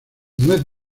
nuez